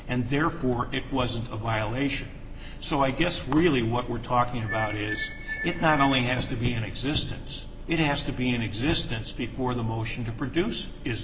and therefore it wasn't a violation so i guess really what we're talking about is it not only has to be in existence it has to be in existence before the motion to produce is